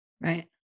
right